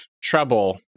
trouble